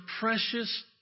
precious